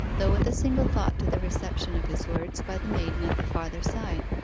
though with a single thought to the reception of his words by the maiden at the farther side,